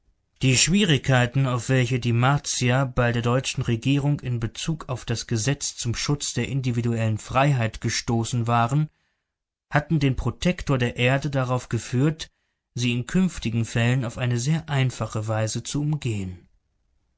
die schwierigkeiten auf welche die martier bei der deutschen regierung in bezug auf das gesetz zum schutz der individuellen freiheit gestoßen waren hatten den protektor der erde darauf geführt sie in künftigen fällen auf eine sehr einfache weise zu umgehen